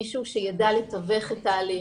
מישהו שיידע לתווך את ההליך,